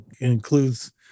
includes